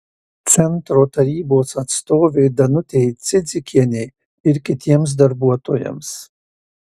centro tarybos atstovei danutei cidzikienė ir kitiems darbuotojams